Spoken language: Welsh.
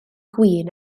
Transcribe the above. gwin